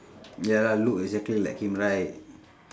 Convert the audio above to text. ya lah look exactly like him right